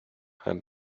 has